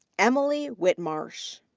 emily whitmarsh.